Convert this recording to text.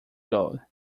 cold